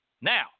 Now